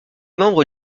membre